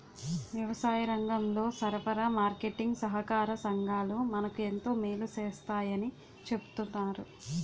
వ్యవసాయరంగంలో సరఫరా, మార్కెటీంగ్ సహాకార సంఘాలు మనకు ఎంతో మేలు సేస్తాయని చెప్తన్నారు